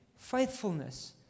Faithfulness